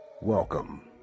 Welcome